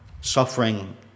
suffering